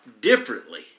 differently